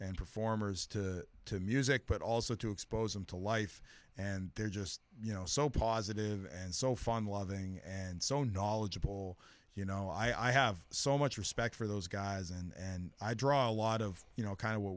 and performers to music but also to expose them to life and they're just you know so positive and so fun loving and so knowledgeable you know i have so much respect for those guys and i draw a lot of you know kind of wh